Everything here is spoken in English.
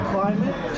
Climate